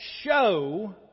show